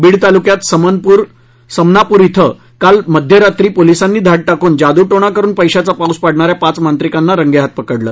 बीड तालुक्यातील समनापूर ॐ काल मध्यरात्री पोलिसांनी धाड टाकून जादुटोणा करुन पैशांचा पाऊस पाडणा या पाच मांत्रिकांना रंगेहाथ पकडलं